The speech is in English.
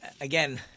again